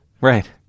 Right